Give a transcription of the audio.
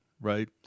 right